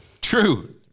True